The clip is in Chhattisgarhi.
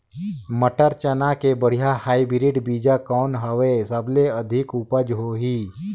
मटर, चना के बढ़िया हाईब्रिड बीजा कौन हवय? सबले अधिक उपज होही?